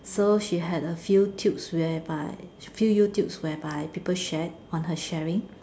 so she had a few tubes whereby few Youtubes whereby people shared on her sharing